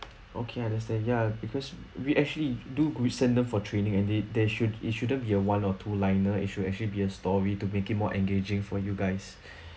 okay understand ya because we actually do good send them for training and they they should it shouldn't be a one or two liner it should actually be a story to make it more engaging for you guys